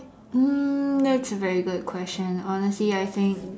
um that's a very good question honestly I think